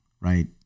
Right